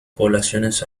poblaciones